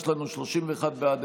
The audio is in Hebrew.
יש לנו 31 בעד,